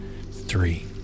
three